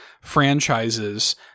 franchises